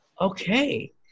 okay